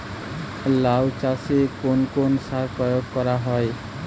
লাউ চাষে কোন কোন সার প্রয়োগ করা হয়?